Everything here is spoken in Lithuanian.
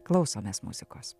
klausomės muzikos